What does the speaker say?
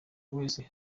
wese